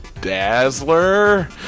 Dazzler